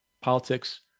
politics